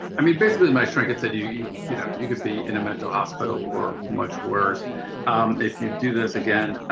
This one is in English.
i mean basically my shrink had said, you, you you know, you could be in a mental hospital or much worse if you do this again.